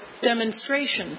demonstrations